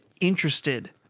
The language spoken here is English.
interested